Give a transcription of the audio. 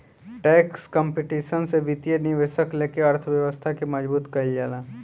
tax competition से वित्तीय निवेश लेके अर्थव्यवस्था के मजबूत कईल जाला